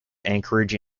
anchorage